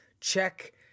check